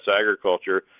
agriculture